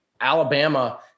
Alabama –